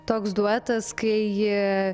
toks duetas kai